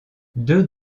deux